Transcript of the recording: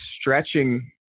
stretching